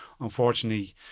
unfortunately